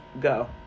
go